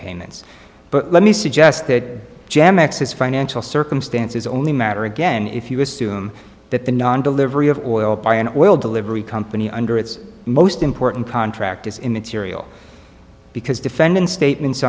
payments but let me suggest that jam x his financial circumstances only matter again if you assume that the non delivery of oil by an oil delivery company under its most important contract is immaterial because defendant's statements